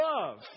love